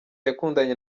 yakundanye